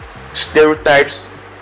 stereotypes